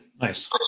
Nice